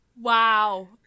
Wow